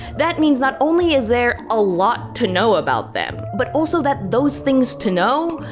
that means not only is there a lot to know about them, but also that those things to know,